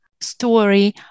story